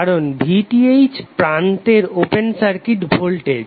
কারণ VTh প্রান্তের open circuit voltage